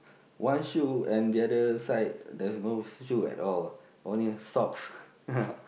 one shoe and the other side there's no shoe at all only socks